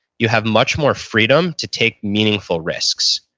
you have much more freedom to take meaningful risks.